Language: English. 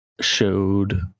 showed